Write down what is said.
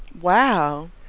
Wow